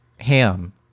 ham